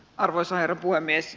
arvoisa herra puhemies